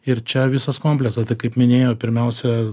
ir čia visas kompleksas tai kaip minėjau pirmiausia